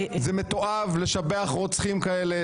זה מתועב לשבח רוצחים כאלה,